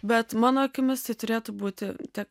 bet mano akimis tai turėtų būti tiek